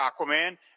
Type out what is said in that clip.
aquaman